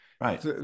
right